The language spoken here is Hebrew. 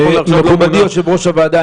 נכון לעכשיו לא מונה --- מכובדי יושב-ראש הוועדה,